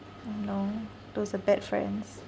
oh no those are bad friends